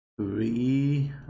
three